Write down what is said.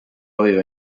aveva